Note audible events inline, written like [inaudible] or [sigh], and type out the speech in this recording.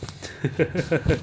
[laughs]